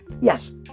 Yes